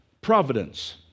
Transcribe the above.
providence